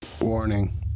Warning